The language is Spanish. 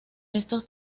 estos